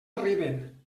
arriben